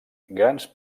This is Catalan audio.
grans